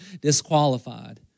disqualified